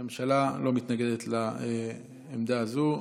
הממשלה לא מתנגדת לעמדה זו.